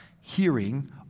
hearing